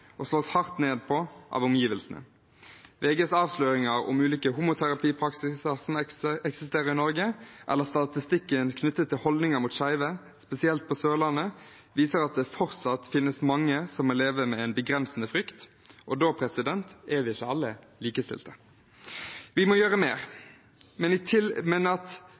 og slås hardt ned på av omgivelsene. VGs avsløringer av ulike homoterapipraksiser som eksisterer i Norge, eller statistikken knyttet til holdninger mot skeive, spesielt på Sørlandet, viser at det fortsatt finnes mange som må leve med en begrensende frykt, og da er vi ikke alle likestilte. Vi må gjøre mer. At vi på Stortinget i tillegg til